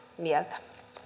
mieltä